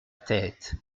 tête